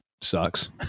Sucks